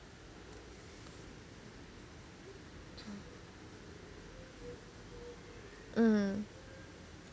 mm